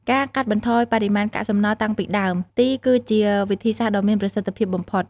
ការកាត់បន្ថយបរិមាណកាកសំណល់តាំងពីដើមទី គឺជាវិធីសាស្ត្រដ៏មានប្រសិទ្ធភាពបំផុត។